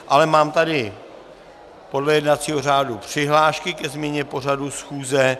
Ale mám tady podle jednacího řádu přihlášky ke změně pořadu schůze.